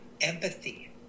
empathy